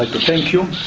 ah to thank you all